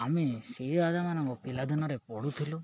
ଆମେ ସେଇ ରାଜାମାନଙ୍କ ପିଲାଦିନରେ ପଢ଼ୁଥିଲୁ